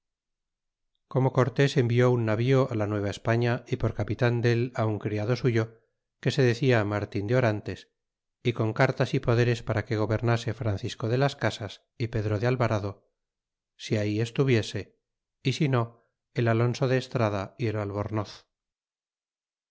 como cortés envió un navío d la nueva españa y por capitah un criado suyo que se decia martin de orarites y oh cartas y poderes para que gobernase francisco de las casas y pedro de albarado si ahí estuviese y si no el alonso de fa trada y el albornoz